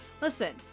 listen